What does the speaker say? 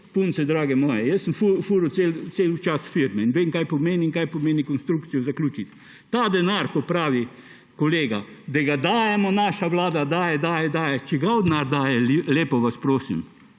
punce drage moje, jaz sem fural cel čas firme in vem, kaj to pomeni in kaj pomeni konstrukcijo zaključiti. Ta denar, kot pravi kolega, da ga dajemo – naša vlada daje, daje, daje. Čigav denar daje, lepo vas prosim?